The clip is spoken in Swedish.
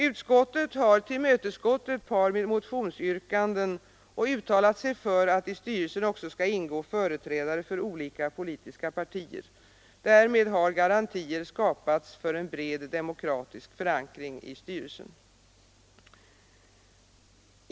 Utskottet har tillmötesgått ett par motionsyrkanden och uttalat sig för att i styrelsen också skall ingå företrädare för olika politiska partier. Därmed har garantier skapats för en bred demokratisk förankring i styrelsen.